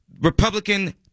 Republican